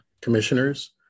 commissioners